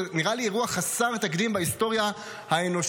זה נראה לי אירוע חסר תקדים בהיסטוריה האנושית,